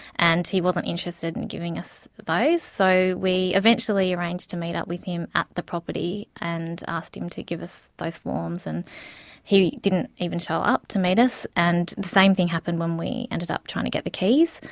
and he wasn't interested in giving us those. so, we eventually arranged to meet up with him at the property, and asked him to give us those forms. and he didn't even show up to meet us, and the same thing happened when we ended up trying to get the keys.